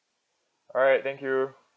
alright thank you